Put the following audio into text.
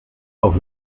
auf